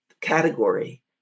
category